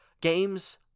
games